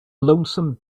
lonesome